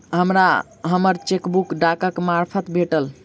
हमरा हम्मर चेकबुक डाकक मार्फत भेटल